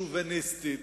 שובניסטית,